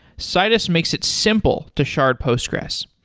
citus makes it simple to shard postgres.